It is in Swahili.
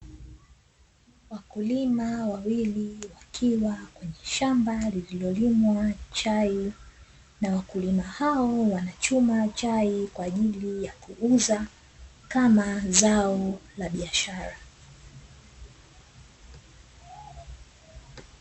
Wakulima wawili wakiwa kwenye shamba lililo limwa chai na wakulima hao wanachuma chai kwa ajili ya kuuza kama zao la biashara.